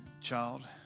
child